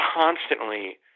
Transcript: constantly